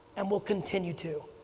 and will continue to.